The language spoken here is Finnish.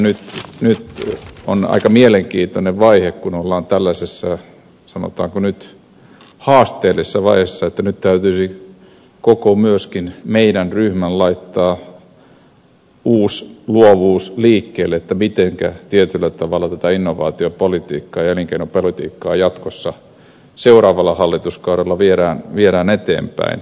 oikeastaan nyt on aika mielenkiintoinen vaihe kun ollaan tällaisessa sanotaanko nyt haasteellisessa vaiheessa että nyt täytyisi koko myöskin meidän ryhmämme laittaa uusi luovuus liikkeelle mitenkä tietyllä tavalla tätä innovaatiopolitiikkaa ja elinkeinopolitiikkaa jatkossa seuraavalla hallituskaudella viedään eteenpäin